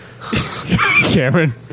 Cameron